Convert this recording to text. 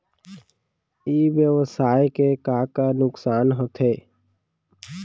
ई व्यवसाय के का का नुक़सान होथे?